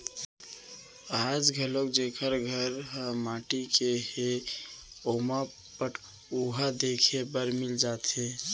आज घलौ जेकर घर ह माटी के हे ओमा पटउहां देखे बर मिल जाथे